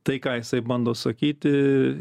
tai ką jisai bando sakyti